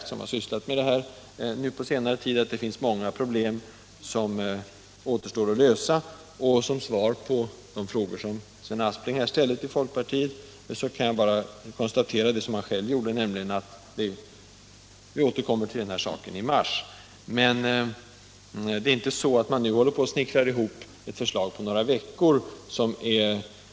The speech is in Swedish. Vi som har sysslat med detta under senare tid har nogsamt märkt att många problem återstår att lösa. Som svar på de frågor som herr Aspling ställde här till folkpartiet kan jag liksom han konstatera att vi återkommer till detta i mars. Det är inte så att man nu håller på att sammanställa ett helt nytt förslag på några veckor.